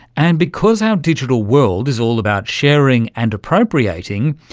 and because our digital world is all about sharing and appropriating,